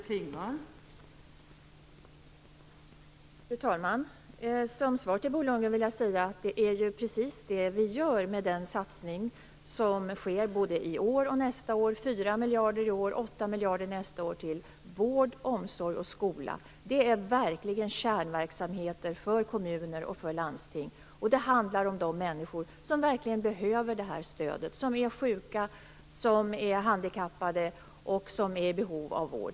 Fru talman! Som svar till Bo Lundgren vill jag säga att det är precis det vi gör med den satsning som sker både i år och nästa år. Det är 4 miljarder i år och 8 miljarder nästa år som går till vård, omsorg och skola. Det är verkligen kärnverksamheter för kommuner och landsting. Och det handlar om de människor som verkligen behöver det här stödet, som är sjuka, som är handikappade och som är i behov av vård.